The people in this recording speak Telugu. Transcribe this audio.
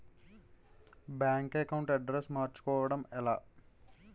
బ్యాంక్ అకౌంట్ అడ్రెస్ మార్చుకోవడం ఎలా?